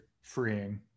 freeing